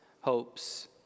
hopes